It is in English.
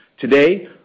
Today